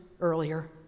earlier